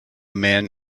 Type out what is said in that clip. man